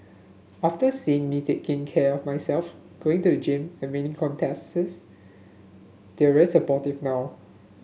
after seeing me taking care of myself going to the gym and winning contests they're rare supportive now